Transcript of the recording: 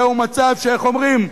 זהו מצב שאיך אומרים,